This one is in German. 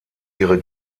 ihre